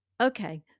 Okay